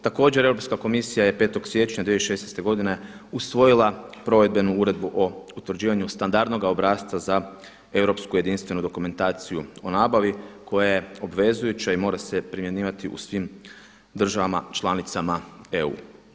Također Europska komisija je 5. siječnja 2016. godine usvojila provedbenu Uredbu o utvrđivanju standardnoga obrasca za europsku jedinstvenu dokumentaciju o nabavi koja je obvezujuća i mora se primjenjivati u svim državama članicama EU.